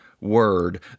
word